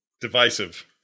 divisive